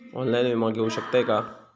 Online विमा घेऊ शकतय का?